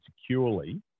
securely